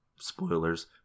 spoilers